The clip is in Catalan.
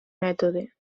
mètode